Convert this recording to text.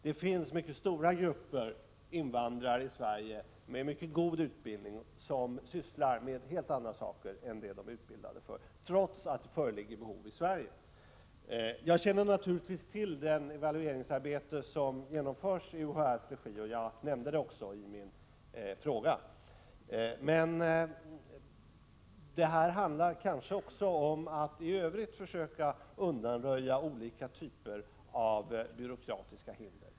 Det finns mycket stora grupper invandrare i Sverige med mycket god utbildning som sysslar med helt andra saker än det de är utbildade för, trots att det föreligger behov i Sverige. Jag känner naturligtvis till det evalueringsarbete som genomförs i UHÄ:s regi, och jag nämnde det i min fråga. Men här handlar det också om att i övrigt försöka undanröja olika typer av byråkratiska hinder.